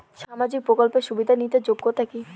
সামাজিক প্রকল্প সুবিধা নিতে যোগ্যতা কি?